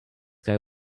guy